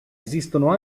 esistono